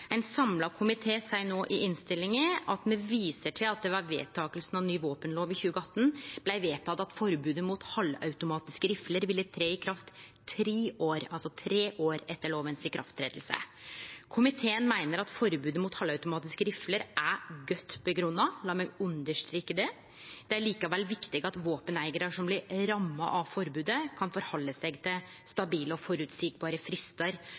Ein samla komité seier no i innstillinga at me viser til at det ved vedtakinga av ny våpenlov i 2018 blei vedteke at forbodet mot halvautomatiske rifler ville tre i kraft tre år etter at loven har tredd i kraft. Komiteen meiner at forbodet mot halvautomatiske rifler er godt grunngjeve, lat meg understreke det. Det er likevel viktig at våpeneigarar som blir ramma av forbodet, kan halde seg til stabile og føreseielege fristar